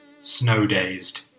snow-dazed